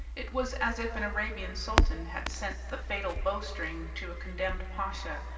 it was as if an arabian sultan had sent the fatal bow-string to a condemned pasha,